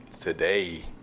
today